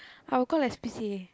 I will call S_P_C_A